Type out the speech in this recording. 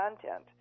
content